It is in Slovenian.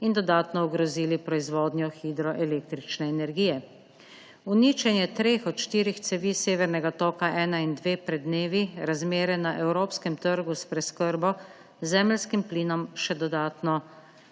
in dodatno ogrozili proizvodnjo hidroelektrične energije. Uničenje treh od štirih cevi Severnega toka 1 in 2 pred dnevi razmere na evropskem trgu s preskrbo z zemeljskim plinom še dodatno